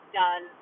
done